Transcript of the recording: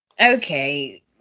Okay